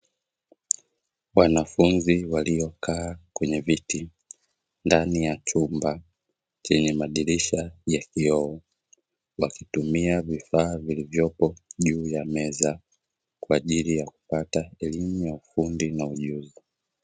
Wanafunzi waliokaa kwenye viti ndani ya chumba chenye madirisha ya vioo, wakitumia vifaa vilivyopo juu ya meza, kwa ajili ya kupata elimu ya ufundi na ujuzi.